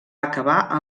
acabar